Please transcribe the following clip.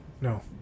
no